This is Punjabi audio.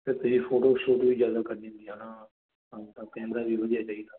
ਕੈਮਰਾ ਵੀ ਵਧੀਆ ਚਾਹੀਦਾ